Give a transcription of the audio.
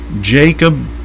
Jacob